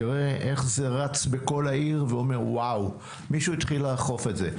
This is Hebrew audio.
תראה איך זה רץ בכל העיר - מישהו התחיל לאכוף את זה.